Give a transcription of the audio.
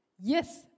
yes